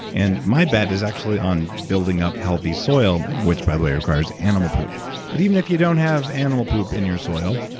and my bet is actually on building up healthy soil, which, by the way, requires animal poop but even if you don't have animal poop in your soil,